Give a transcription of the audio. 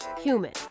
human